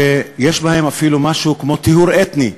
שיש בהם אפילו משהו כמו טיהור אתני,